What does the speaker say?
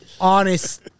honest